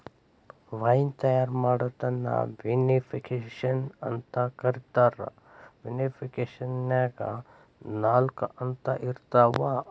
wine ತಯಾರ್ ಮಾಡೋದನ್ನ vinification ಅಂತ ಕರೇತಾರ, ವಿನಿಫಿಕೇಷನ್ನ್ಯಾಗ ನಾಲ್ಕ ಹಂತ ಇರ್ತಾವ